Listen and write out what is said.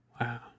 Wow